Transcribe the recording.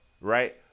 right